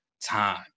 time